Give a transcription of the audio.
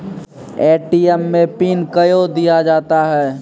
ATM मे pin कयो दिया जाता हैं?